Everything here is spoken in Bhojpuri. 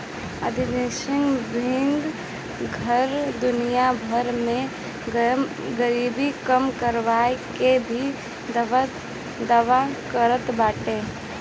अंतरराष्ट्रीय वित्तीय संघ दुनिया भर में गरीबी कम करे के भी दावा करत बाटे